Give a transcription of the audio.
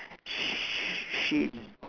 sh~ she